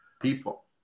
people